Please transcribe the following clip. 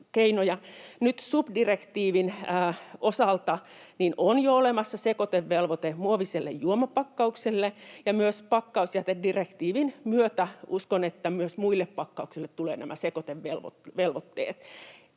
Nyt SUP-direktiivin osalta on jo olemassa sekoitevelvoite muovisille juomapakkauksille, ja uskon, että pakkausjätedirektiivin myötä myös muille pakkauksille tulee nämä sekoitevelvoitteet.